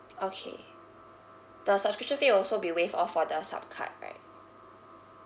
okay the subscription fee will also be waived off for the sup card right